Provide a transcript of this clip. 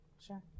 Sure